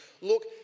look